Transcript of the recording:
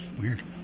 weird